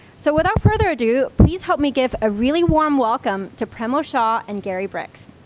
so, without further ado, please help me give a really warm welcome to premal shah and gary briggs.